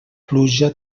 pluja